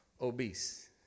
obese